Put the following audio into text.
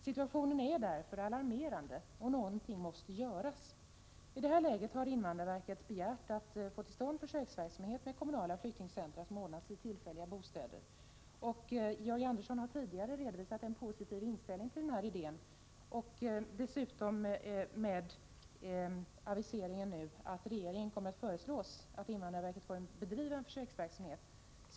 Situationen är därför alarmerande, och någonting måste göras. I det läget har invandrarverket begärt att man skall sätta i gång en försöksverksamhet med kommunala flyktingcentra, med tillfälliga bostäder. Georg Andersson har tidigare redovisat en positiv inställning till den idén, och han aviserar dessutom nu att regeringen kommer att föreslå att invandrarverket skall få bedriva en sådan verksamhet.